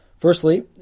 Firstly